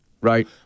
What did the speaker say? right